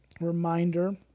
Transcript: reminder